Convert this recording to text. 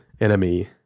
enemy